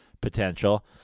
potential